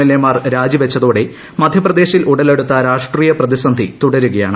എൽഎമാർ രാജിവെച്ചതോടെ മധ്യപ്രദേശിൽ ഉടലെടുത്ത രാഷ്ട്രീയ പ്രതിസന്ധി തുടരുകയാണ്